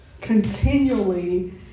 continually